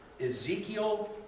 Ezekiel